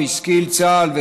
השכיל צה"ל,